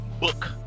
book